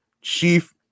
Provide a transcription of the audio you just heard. chief